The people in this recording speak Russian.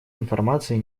информации